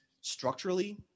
structurally